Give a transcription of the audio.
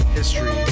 history